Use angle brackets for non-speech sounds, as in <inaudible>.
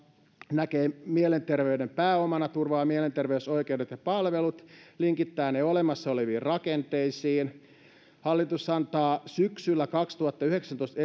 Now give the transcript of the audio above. näkee mielenterveyden pääomana turvaa mielenterveysoikeudet ja palvelut linkittää ne olemassa oleviin rakenteisiin hallitus antaa syksyllä kaksituhattayhdeksäntoista <unintelligible>